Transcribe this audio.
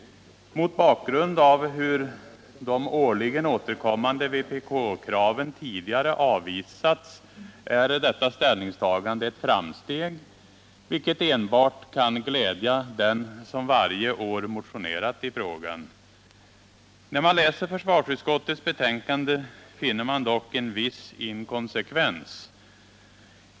Mot bakgrund av hur de årligen återkommande vpk-kraven tidigare avvisats är detta ställningstagande ett framsteg, vilket enbart kan glädja den som varje år motionerat i frågan. När man läser försvarsutskottets betänkande finner man dock en viss inkonsekvens.